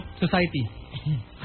society